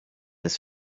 ist